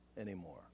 anymore